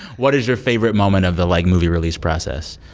what is your favorite moment of the, like, movie release process?